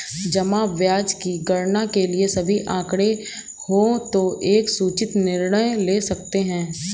जमा ब्याज की गणना के लिए सभी आंकड़े हों तो एक सूचित निर्णय ले सकते हैं